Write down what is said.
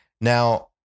Now